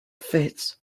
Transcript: fits